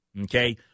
Okay